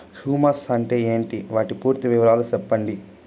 Humus అంటే ఏంటి? వాటి పూర్తి వివరాలు సెప్పండి?